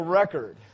record